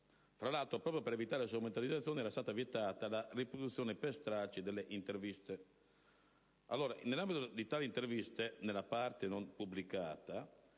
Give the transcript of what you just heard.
Tra l'altro, proprio per evitare strumentalizzazioni, era stata vietata la riproduzione per stralci delle interviste. Nell'ambito di tali interviste, nella parte non pubblicata,